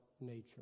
nature